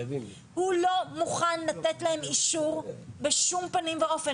הוא לא מוכן לתת להם אישור בשום פנים ואופן.